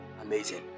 Amazing